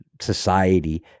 society